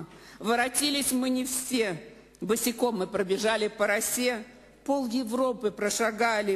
(קוראת בית מתוך השיר בשפה הרוסית.) כרבע מיליון חיילים